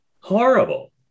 Horrible